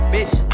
Bitch